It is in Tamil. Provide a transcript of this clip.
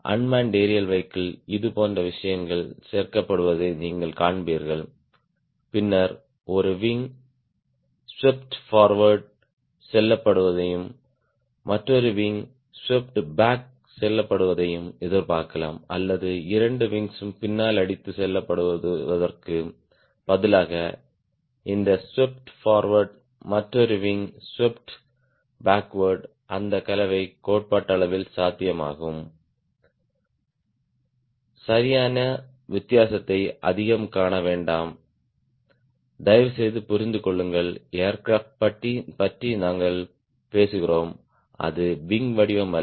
அண்மென்ட் ஏரியல் வெஹிகிள் இதுபோன்ற விஷயங்கள் சேர்க்கப்படுவதை நீங்கள் காண்பீர்கள் பின்னர் ஒரு விங் ஸ்வீப்ட் போர்வேர்ட் செல்லப்படுவதையும் மற்றொரு விங் ஸ்வீப் பேக் செல்லப்படுவதையும் எதிர்பார்க்கலாம் அல்லது இரண்டு விங்ஸ் பின்னால் அடித்துச் செல்லப்படுவதற்குப் பதிலாக இந்த ஸ்வீப்ட் போர்வேர்ட் மற்றொரு விங் ஸ்வீப்ட் பேக்வார்ட் அந்த கலவையும் கோட்பாட்டளவில் சாத்தியமாகும் சரியான வித்தியாசத்தை அதிகம் காண வேண்டாம் தயவுசெய்து புரிந்து கொள்ளுங்கள் ஏர்கிராப்ட் பற்றி நாங்கள் பேசுகிறோம் அது விங் வடிவம் அல்ல